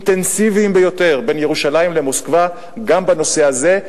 אינטנסיביים ביותר בין ירושלים למוסקבה גם בנושא הזה,